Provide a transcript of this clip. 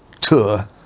tour